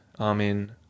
Amen